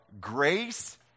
grace